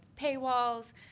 paywalls